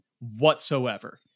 whatsoever